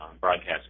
Broadcast